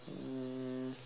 um